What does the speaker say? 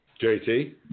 JT